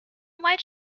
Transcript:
white